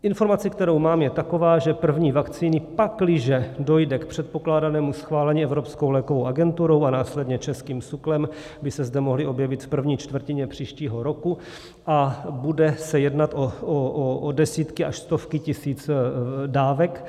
Informace, kterou mám, je taková, že první vakcíny, pakliže dojde k předpokládanému schválení Evropskou lékovou agenturou a následně českým SÚKLem, by se zde mohly objevit v první čtvrtině příštího roku a bude se jednat o desítky až stovky tisíc dávek.